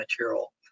material